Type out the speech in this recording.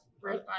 right